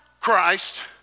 Christ